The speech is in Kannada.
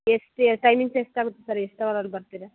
ಎಷ್ಟು ಏ ಟೈಮಿಂಗ್ಸ್ ಎಷ್ಟು ಆಗುತ್ತೆ ಸರ್ ಎಷ್ಟು ಅವರಲ್ಲಿ ಬರ್ತೀರಾ